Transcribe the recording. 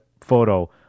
photo